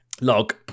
Log